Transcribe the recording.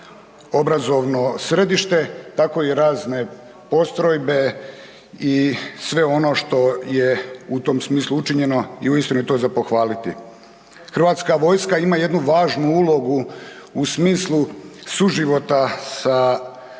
Hrvatska vojska ima jednu važnu ulogu u smislu suživota sa jedinicama